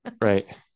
Right